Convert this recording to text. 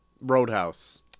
Roadhouse